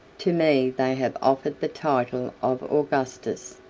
to me they have offered the title of augustus.